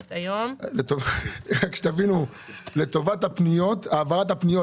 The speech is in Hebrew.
רק שתבינו, לטובת העברת הפניות.